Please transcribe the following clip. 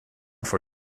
for